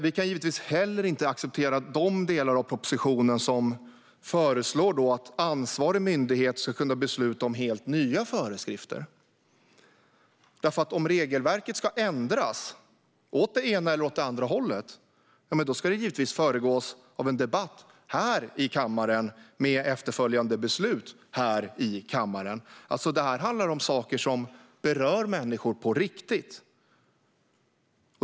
Vi kan givetvis inte heller acceptera de delar av propositionen där det föreslås att ansvarig myndighet ska kunna besluta om helt nya föreskrifter. Om regelverket ska ändras åt det ena eller andra hållet ska det givetvis föregås av debatt här i kammaren med efterföljande beslut här i kammaren. Det handlar om saker som berör människor på riktigt.